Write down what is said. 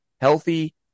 healthy